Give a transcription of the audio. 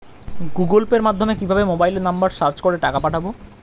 Google পের মাধ্যমে কিভাবে মোবাইল নাম্বার সার্চ করে টাকা পাঠাবো?